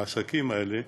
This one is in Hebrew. העסקים האלה,